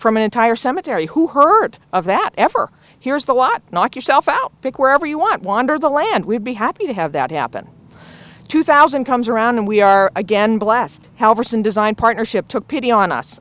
from an entire cemetery who heard of that ever here's the lot knock yourself out pick where ever you want wander the land we'd be happy to have that happen two thousand comes around and we are again blessed however some design partnership took pity on us